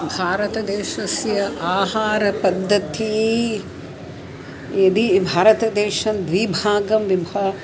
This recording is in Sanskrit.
भारतदेशस्य आहारपद्धतिः यदि भारतदेशं द्वि भागं विभा